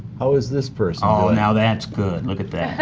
how is this person? oh, now that's good, look at that.